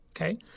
okay